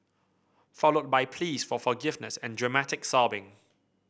followed by pleas for forgiveness and dramatic sobbing